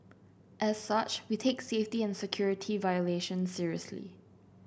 as such we take safety and security violation seriously